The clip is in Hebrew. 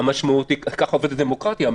כך עובדת דמוקרטיה.